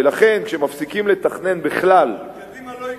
ולכן, כשמפסיקים לתכנן בכלל, אבל קדימה לא הקפיאו.